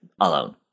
alone